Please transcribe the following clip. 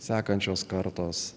sekančios kartos